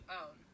own